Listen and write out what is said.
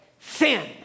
sin